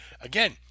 Again